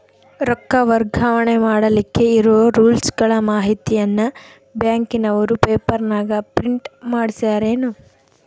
ರೊಕ್ಕ ವರ್ಗಾವಣೆ ಮಾಡಿಲಿಕ್ಕೆ ಇರೋ ರೂಲ್ಸುಗಳ ಮಾಹಿತಿಯನ್ನ ಬ್ಯಾಂಕಿನವರು ಪೇಪರನಾಗ ಪ್ರಿಂಟ್ ಮಾಡಿಸ್ಯಾರೇನು?